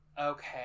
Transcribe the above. okay